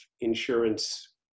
insurance